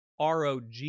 ROG